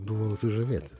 buvau sužavėta